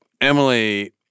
Emily